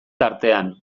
tartean